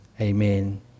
Amen